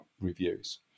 reviews